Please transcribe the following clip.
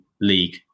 league